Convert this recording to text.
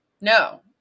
No